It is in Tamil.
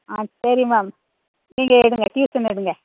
ஆ சரி மேம் நீங்கள் எடுங்கள் ட்யூஷன் எடுங்கள்